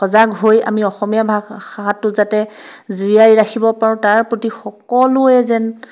সজাগ হৈ আমি অসমীয়া ভাষাটো যাতে জীয়াই ৰাখিব পাৰো তাৰ প্ৰতি সকলোৱে যেন